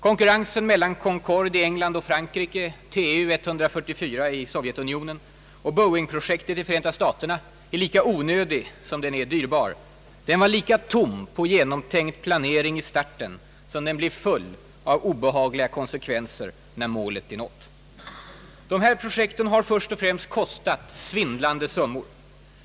Konkurrensen mellan Concorde i England och Frankrike, Tu-144 i Sovjetunionen och Boeing-projektet i Förenta staterna är lika onödig som den är dyrbar. Den var lika tom på genomtänkt planering i starten som den blir full. av obehagliga konsekvenser när målet är nått. De här projekten har först och främst kostat svindlande summor.